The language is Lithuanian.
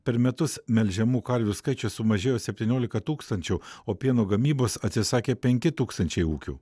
per metus melžiamų karvių skaičius sumažėjo septyniolika tūkstančių o pieno gamybos atsisakė penki tūkstančiai ūkių